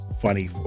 funny